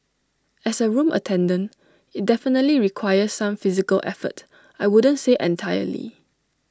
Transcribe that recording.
as A room attendant IT definitely requires some physical effort I wouldn't say entirely